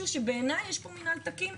בעיני יש פה בעיתיות במנהל תקין.